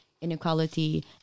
inequality